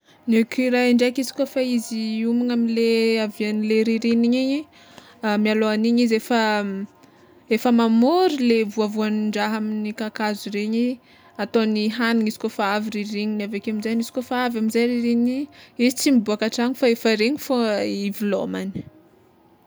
Ny ecureuil ndraiky izy kôfa izy homagna amle hiavianle rirignina igny mialohan'igny izy efa efa mamory le voavoandraha amin'ny kakazo regny ataogny hagniny izy kôfa avy ririgniny aveke aminjegny izy koafa avy amizay ririgniny izy tsy miboaka an-tragno fa efa regny fôgna hivelomagny.